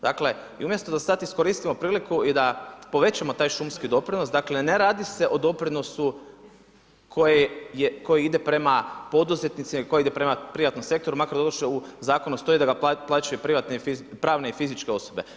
Dakle i umjesto da sada iskoristimo priliku i da povećamo taj šumski doprinos, dakle ne radi se o doprinosu koji ide prema poduzetnicima, koji ide prema privatnom sektoru, makar doduše u zakonu stoji da ga plaćaju privatne, pravne i fizičke osobe.